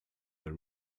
the